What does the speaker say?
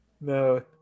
no